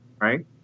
right